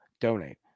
donate